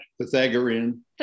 Pythagorean